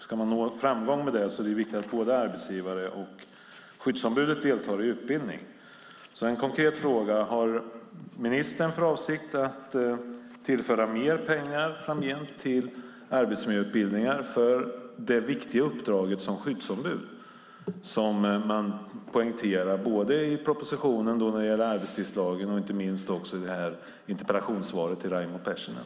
Ska man nå framgång är det viktigt att både arbetsgivare och skyddsombud deltar i utbildning. Min konkreta fråga är: Har ministern för avsikt att tillföra mer pengar framgent till arbetsmiljöutbildningar för det viktiga uppdraget som skyddsombud, som man poängterar både i propositionen när det gäller arbetstidslagen och inte minst i detta interpellationssvar till Raimo Pärssinen?